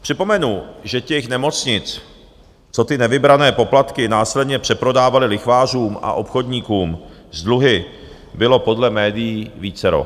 Připomenu, že nemocnic, co nevybrané poplatky následně přeprodávaly lichvářům a obchodníkům s dluhy, bylo podle médií vícero.